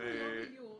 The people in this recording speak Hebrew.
תכינו יום עיון.